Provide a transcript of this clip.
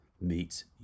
meets